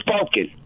spoken